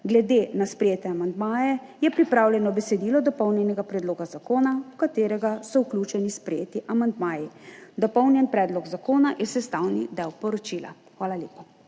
Glede na sprejete amandmaje je pripravljeno besedilo dopolnjenega predloga zakona, v katerega so vključeni sprejeti amandmaji. Dopolnjen predlog zakona je sestavni del poročila. Hvala lepa.